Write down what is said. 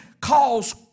cause